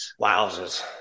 Wowzers